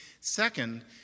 Second